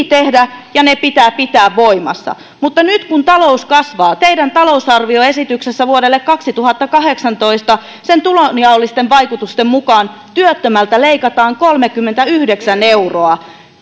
tehdä ja ne pitää pitää voimassa mutta nyt kun talous kasvaa teidän talousarvioesityksessänne vuodelle kaksituhattakahdeksantoista sen tulonjaollisten vaikutusten mukaan työttömältä leikataan kolmekymmentäyhdeksän euroa